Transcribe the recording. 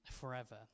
forever